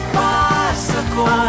bicycle